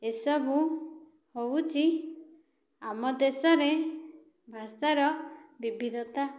ଏସବୁ ହେଉଛି ଆମ ଦେଶରେ ଭାଷାର ବିବିଧତା